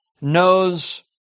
knows